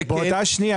מישהו